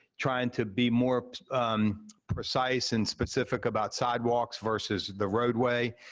trying to be more precise and specific about sidewalks versus the roadway.